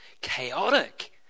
chaotic